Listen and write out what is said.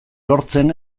lortzen